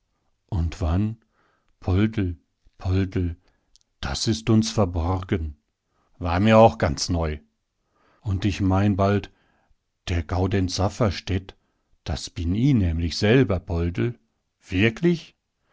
und wann poldl poldl das ist uns verborgen war mir auch ganz neu und ich mein bald der gaudenz safferstätt das bin i nämlich selber poldl wirklich